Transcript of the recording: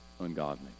ungodly